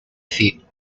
feet